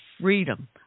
freedom